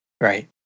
Right